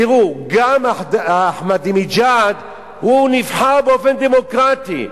תראו, גם אחמדינג'אד נבחר באופן דמוקרטי.